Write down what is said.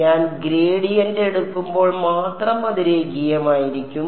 ഞാൻ ഗ്രേഡിയന്റ് എടുക്കുമ്പോൾ മാത്രം അത് രേഖീയമായിരിക്കും